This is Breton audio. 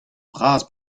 bras